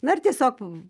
na ir tiesiog